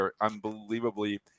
unbelievably